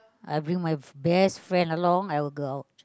I bring my best friend along I will go out